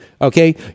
okay